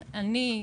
אני,